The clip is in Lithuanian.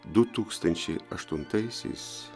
du tūkstančiai aštuntaisiais